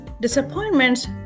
disappointments